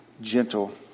gentle